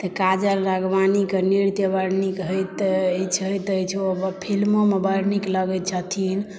तऽ काजल राघवानीकेँ नृत्य बड़ नीक होइत अछि ओ फिल्मोमे बड़ नीक लगै छथिन